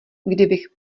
kdybych